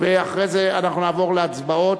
ואחרי זה אנחנו נעבור להצבעות.